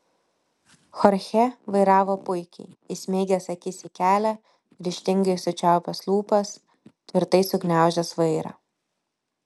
chorchė vairavo puikiai įsmeigęs akis į kelią ryžtingai sučiaupęs lūpas tvirtai sugniaužęs vairą